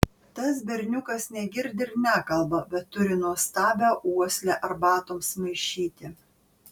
tas berniukas negirdi ir nekalba bet turi nuostabią uoslę arbatoms maišyti